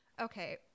Okay